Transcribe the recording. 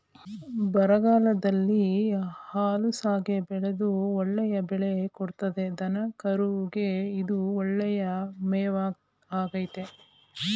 ಬರಗಾಲದಲ್ಲೂ ಹುಲುಸಾಗಿ ಬೆಳೆದು ಒಳ್ಳೆಯ ಬೆಳೆ ಕೊಡ್ತದೆ ದನಕರುಗೆ ಇದು ಒಳ್ಳೆಯ ಮೇವಾಗಾಯ್ತೆ